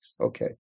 okay